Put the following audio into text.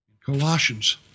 Colossians